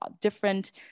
different